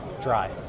dry